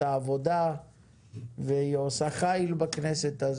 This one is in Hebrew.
העבודה והרווחה והיא עושה חיל בכנסת,